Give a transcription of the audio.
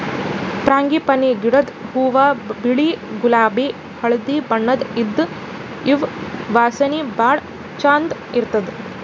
frangipani ಗಿಡದ್ ಹೂವಾ ಬಿಳಿ ಗುಲಾಬಿ ಹಳ್ದಿ ಬಣ್ಣದ್ ಇದ್ದ್ ಇವ್ ವಾಸನಿ ಭಾಳ್ ಛಂದ್ ಇರ್ತದ್